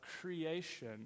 creation